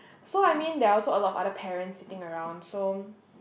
so I mean there're also a lot of other parents sitting around so